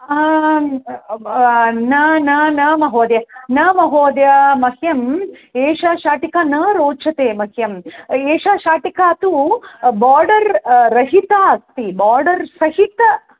म् न न न महोदय न महोदय मह्यम् एषा शाटिका न रोचते मह्यम् एषा शाटिका तु बोर्डर् रहिता अस्ति बोर्डर् सहिता